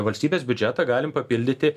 valstybės biudžetą galim papildyti